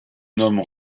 nomme